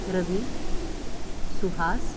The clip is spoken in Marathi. रवी सुहास